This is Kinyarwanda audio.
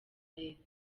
leta